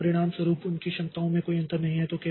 इसलिए परिणामस्वरूप उनकी क्षमताओं में कोई अंतर नहीं है